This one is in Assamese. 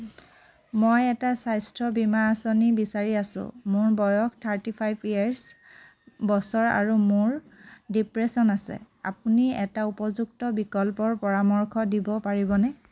মই এটা স্বাস্থ্য বীমা আঁচনি বিচাৰি আছোঁ মোৰ বয়স থ্ৰাৰটি ফাইফ ইয়েৰছ বছৰ আৰু মোৰ ডিপ্ৰেছন আছে আপুনি এটা উপযুক্ত বিকল্পৰ পৰামৰ্শ দিব পাৰিবনে